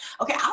okay